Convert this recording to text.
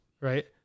right